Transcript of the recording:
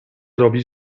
robi